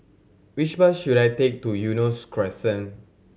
which bus should I take to Eunos Crescent